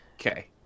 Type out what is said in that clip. okay